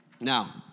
Now